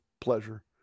pleasure